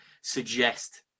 suggest